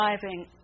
driving